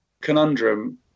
conundrum